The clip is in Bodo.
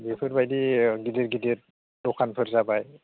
बेफोरबायदि गिदिर गिदिर दखानफोर जाबाय